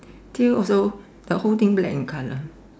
tail also the whole thing black in colour